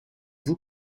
vous